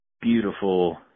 beautiful